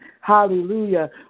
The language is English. hallelujah